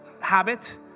habit